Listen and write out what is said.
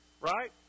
Right